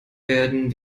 werden